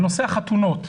בנושא החתונות.